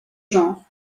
genre